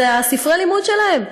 זה ספרי הלימוד שלהם.